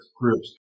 groups